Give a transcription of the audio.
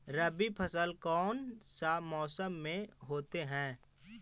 रवि फसल कौन सा मौसम में होते हैं?